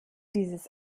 dieses